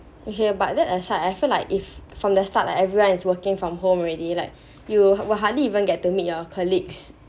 okay but then at start I feel like if from the start like everyone is working from home already like you will would hardly even get to meet your colleagues